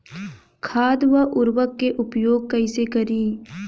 खाद व उर्वरक के उपयोग कइसे करी?